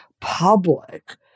public